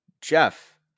Jeff